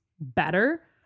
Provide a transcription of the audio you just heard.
better